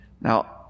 Now